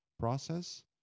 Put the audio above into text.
Process